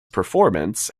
performance